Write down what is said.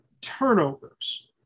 turnovers